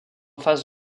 face